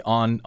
on